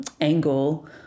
angle